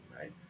right